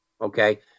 Okay